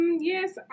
Yes